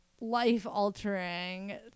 life-altering